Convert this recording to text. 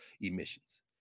emissions